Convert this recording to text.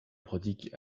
prodigue